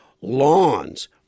lawns